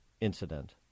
incident